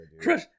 Crush